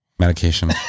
medication